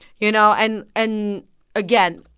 you know. and and again,